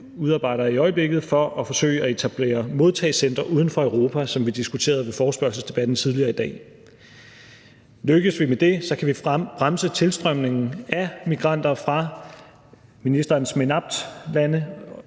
udarbejder i øjeblikket, for at forsøge at etablere modtagecentre uden for Europa, som vi diskuterede ved forespørgselsdebatten tidligere i dag. Lykkes vi med det, kan vi bremse tilstrømningen af migranter fra det, ministeren kalder